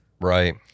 Right